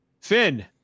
Finn